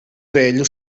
velho